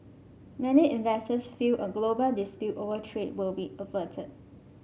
many investors feel a global dispute over trade will be averted